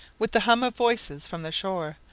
with the hum of voices from the shore,